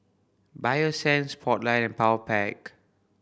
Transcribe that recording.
Bio Essence Spotlight and Powerpac